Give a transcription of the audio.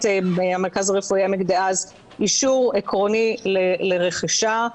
המרכז הרפואי העמק דאז אישור עקרוני לרכישה,